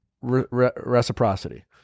reciprocity